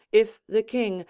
if the king,